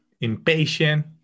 Impatient